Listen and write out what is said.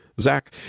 Zach